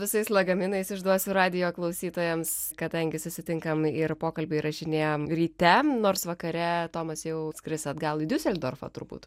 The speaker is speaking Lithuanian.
visais lagaminais išduosiu radijo klausytojams kadangi susitinkam ir pokalbį įrašinėjam ryte nors vakare tomas jau skris atgal į diuseldorfą turbūt